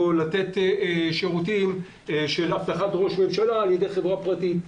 או לתת שירותים של אבטחת ראש ממשלה על ידי חברה פרטית,